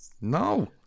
No